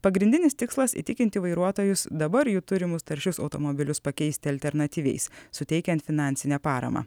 pagrindinis tikslas įtikinti vairuotojus dabar jų turimus taršius automobilius pakeisti alternatyviais suteikiant finansinę paramą